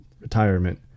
retirement